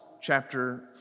chapter